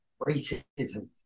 racism